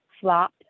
flop